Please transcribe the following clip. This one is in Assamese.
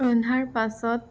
ৰন্ধাৰ পাছত